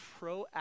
proactive